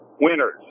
winners